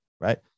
right